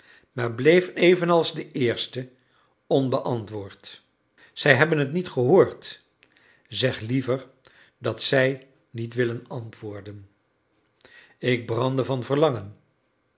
maar bleef evenals de eerste onbeantwoord zij hebben het niet gehoord zeg liever dat zij niet willen antwoorden ik brandde van verlangen